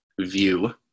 view